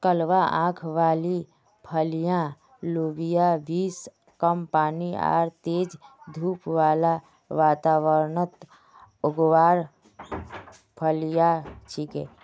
कलवा आंख वाली फलियाँ लोबिया बींस कम पानी आर तेज धूप बाला वातावरणत उगवार फलियां छिके